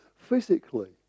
physically